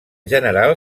general